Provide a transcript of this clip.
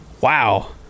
Wow